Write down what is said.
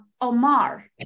Omar